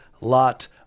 lot